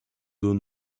dos